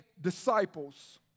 disciples